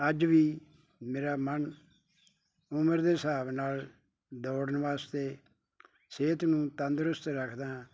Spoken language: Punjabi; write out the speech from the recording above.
ਅੱਜ ਵੀ ਮੇਰਾ ਮਨ ਉਮਰ ਦੇ ਹਿਸਾਬ ਨਾਲ ਦੌੜਨ ਵਾਸਤੇ ਸਿਹਤ ਨੂੰ ਤੰਦਰੁਸਤ ਰੱਖਦਾ